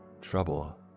Trouble